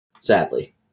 sadly